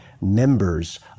members